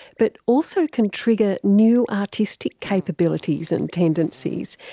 but also can trigger new artistic capabilities and tendencies.